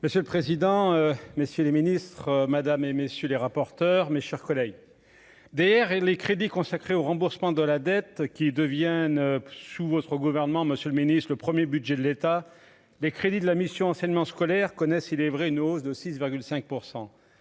Monsieur le président, messieurs les Ministres, Madame et messieurs les rapporteurs, mes chers collègues, D. R. et les crédits consacrés au remboursement de la dette qui deviennent, sous votre gouvernement, Monsieur le Ministre, le 1er budget de l'État, les crédits de la mission enseignement scolaire connaissent, il est vrai, une hausse de 6,5